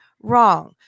wrong